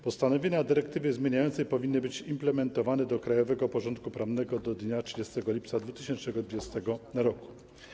Postanowienia dyrektywy zmieniającej powinny być implementowane do krajowego porządku prawnego do dnia 30 lipca 2020 r.